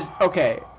Okay